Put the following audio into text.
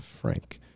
frank